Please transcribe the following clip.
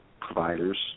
providers